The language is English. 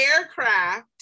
aircraft